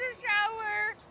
shower.